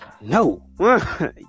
No